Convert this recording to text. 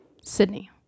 Sydney